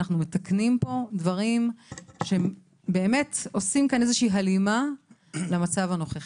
אנחנו מתקנים פה דברים שעושים איזושהי הלימה למצב הנוכחי.